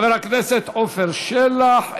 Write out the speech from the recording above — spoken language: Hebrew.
חבר הכנסת עפר שלח,